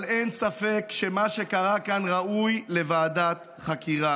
אבל אין ספק שמה שקרה כאן ראוי לוועדת חקירה.